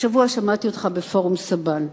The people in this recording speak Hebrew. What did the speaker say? השבוע שמעתי אותך בפורום סבן.